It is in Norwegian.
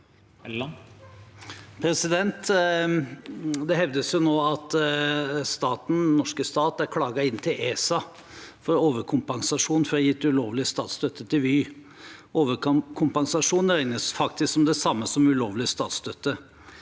Det hevdes nå at den norske stat er klaget inn til ESA for overkompensasjon for å ha gitt ulovlig statsstøtte til Vy. Overkompensasjon regnes faktisk som det samme som ulovlig statsstøtte,